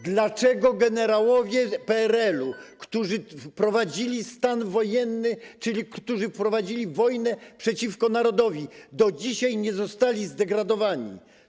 Dlaczego generałowie PRL-u, którzy wprowadzili stan wojenny, czyli którzy prowadzili wojnę przeciwko narodowi, do dzisiaj nie zostali zdegradowani?